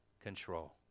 control